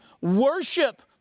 Worship